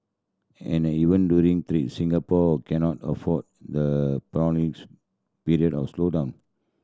and even during threats Singapore cannot afford the prolonged period of slowdown